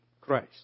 Christ